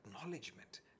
acknowledgement